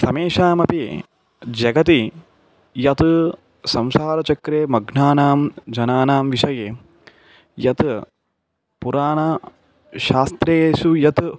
समेषामपि जगति यत् संसारचक्रे मग्नानां जनानां विषये यत् पुराणशास्त्रेषु यत्